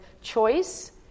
choice